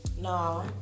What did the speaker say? No